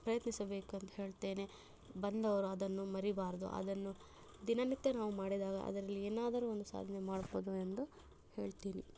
ಪ್ರಯತ್ನಿಸಬೇಕು ಅಂತ ಹೇಳ್ತೇನೆ ಬಂದವರು ಅದನ್ನು ಮರಿಬಾರ್ದು ಅದನ್ನು ದಿನನಿತ್ಯ ನಾವು ಮಾಡಿದಾಗ ಅದರಲ್ಲಿ ಏನಾದರೂ ಒಂದು ಸಾಧನೆ ಮಾಡ್ಬೋದು ಎಂದು ಹೇಳ್ತೀನಿ